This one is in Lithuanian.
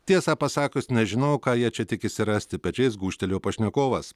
tiesą pasakius nežinojau ką jie čia tikisi rasti pečiais gūžtelėjo pašnekovas